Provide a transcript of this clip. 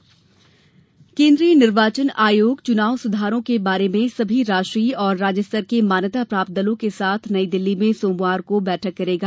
निर्वाचन आयोग बैठक केन्द्रीय निर्वाचन आयोग चुनाव सुधारो के बारे में सभी राष्ट्रीय और राज्य स्तर के मान्यता प्राप्त दलों के साथ नई दिल्ली में सोमवार को बैठक करेगा